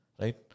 Right